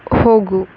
ಹೋಗು